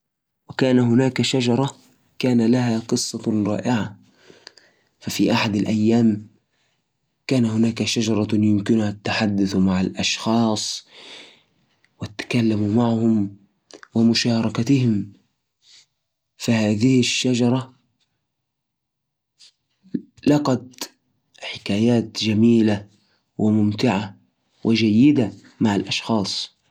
في أحد الأيام، كانت هناك شجره يمكنها التحدث مع الأشخاص الذين يستمعون إليها عن قرب. قليل من الناس كانوا يعرفوا سرها، وكانت تحكي لهم قصة عن الماضي والأيام اللي مرت عليها. جاء يوم، وجلس عندها طفل فضولي، سألها عن سر الحزن اللي في عيونها. حكته عن صديق قديم، كان يجي يزورها كل يوم، لكن اختفى فجأة. وعدها الطفل إنه يرجع لها كل يوم، عشان ما تحس بالوحدة.